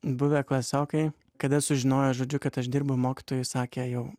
buvę klasiokai kada sužinojo žodžiu kad aš dirbu mokytojai sakė jau